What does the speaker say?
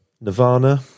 Nirvana